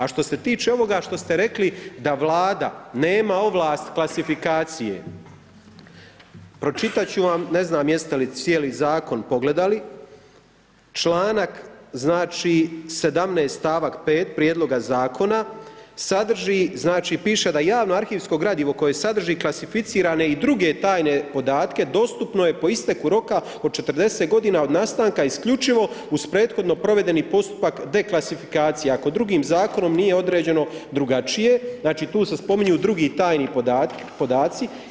A što se tiče ovoga što ste rekli da Vlada nema ovlast klasifikacije, pročitat ću vam ne znam jeste li cijeli zakon pogledati, članak 17. stavak 5. prijedloga zakona sadrži piše da „javno arhivsko gradivo koje sadrži klasificirane i druge tajne podatke dostupno je po isteku roka od 40 godina od nastanka isključivo uz prethodno provedeni postupak deklasifikacije ako drugim zakonom nije određeno drugačije“, znači tu se spominju drugi tajni podaci.